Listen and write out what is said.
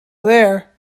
there